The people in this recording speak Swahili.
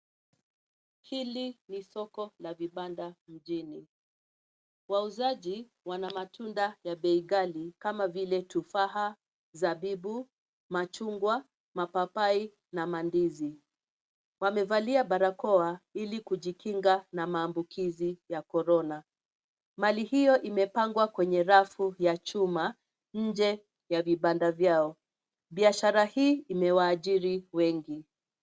Hili ni soko la vibanda mjini. Wauzaji wana matunda ya bei ghali kama vile tufaha, zabibu, machungwa, mapapai na mandizi. Wamevalia barakoa ili kujikinga na maambukizi ya Korona. Mali hiyo imepangwa kwenye rafu ya chuma nje ya vibanda vyao. Biashara hii imewaajiri wengi.